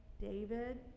david